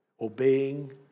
Obeying